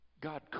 God